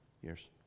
years